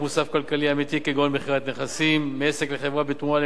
כגון מכירת נכסים מעסק לחברה בתמורה לאמצעי שליטה בחברה וכו'.